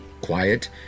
quiet